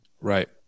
Right